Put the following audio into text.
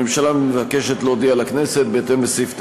הממשלה מבקשת להודיע לכנסת, בהתאם לסעיף 9(א)(7)